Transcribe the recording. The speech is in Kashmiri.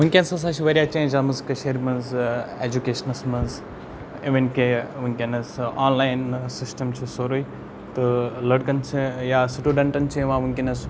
وٕنکٮ۪نَس ہَسا چھِ واریاہ چینٛج آمٕژ کٔشیٖرِ منٛز اٮ۪جوکیشنَس منٛز اِوٕن کہ وٕنکٮ۪نَس آن لاین سِسٹَم چھِ سورُے تہٕ لٔڑکَن چھِ یا سٹوٗڈَنٹَن چھِ یِوان وٕنکٮ۪نَس